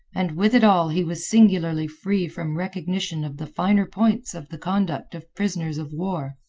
and with it all he was singularly free from recognition of the finer points of the conduct of prisoners of war.